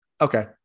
Okay